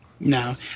No